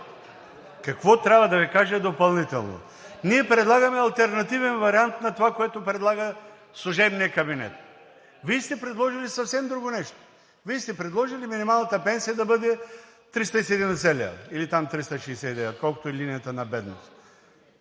Какво трябва да Ви кажа допълнително? Ние предлагаме алтернативен вариант на това, което предлага служебният кабинет. Вие сте предложили съвсем друго нещо. Вие сте предложили минималната пенсия да бъде 370 лв. – или там 369, колкото е линията на бедност.